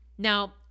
Now